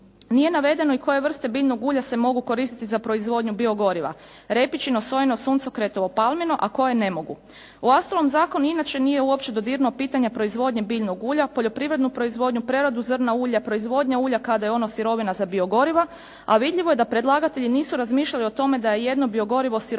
Nije navedeno i koje vrste biljnog ulja se mogu koristiti za proizvodnju biogoriva repičino, sojino, suncokretovo, palmino a koje ne mogu. Uostalom, zakon i inače nije uopće dodirnuo pitanje proizvodnje biljnog ulja, poljoprivrednu proizvodnu, preradu zrna ulja, proizvodnja ulja kada je ono sirovina za biogoriva a vidljivo je da predlagatelji nisu razmišljali o tome da je jedno biogorivo sirovina